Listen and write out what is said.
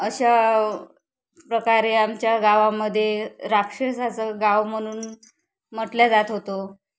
अशा प्रकारे आमच्या गावामध्ये राक्षसाचं गाव म्हणून म्हटलं जात होतो